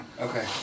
Okay